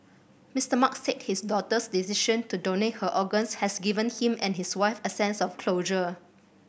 Mister Mark said his daughter's decision to donate her organs has given him and his wife a sense of closure